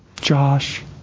Josh